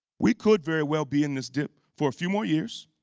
we could very well be in this dip for a few more years,